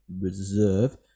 Reserve